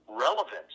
relevance